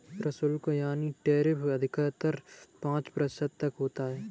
प्रशुल्क यानी टैरिफ अधिकतर पांच प्रतिशत तक होता है